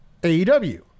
AEW